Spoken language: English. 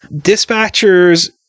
Dispatchers